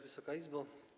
Wysoka Izbo!